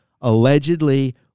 allegedly